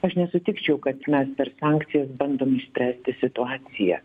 aš nesutikčiau kad mes per sankcijas bandom išspręsti situaciją